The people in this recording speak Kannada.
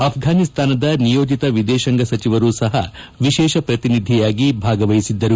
ಆಫ್ವಾನಿಸ್ತಾನದ ನಿಯೋಜಿತ ವಿದೇಶಾಂಗ ಸಚಿವರು ಸಹ ವಿಶೇಷ ಪ್ರತಿನಿಧಿಯಾಗಿ ಭಾಗವಹಿಸಿದ್ದರು